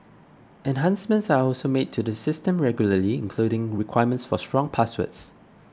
enhancements are also made to the system regularly including requirements for strong passwords